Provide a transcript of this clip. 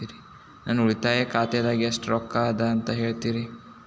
ನನ್ನ ಉಳಿತಾಯ ಖಾತಾದಾಗ ಎಷ್ಟ ರೊಕ್ಕ ಅದ ಅಂತ ಹೇಳ್ತೇರಿ?